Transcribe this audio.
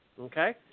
Okay